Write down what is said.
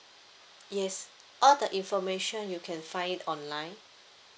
yes all the information you can find it online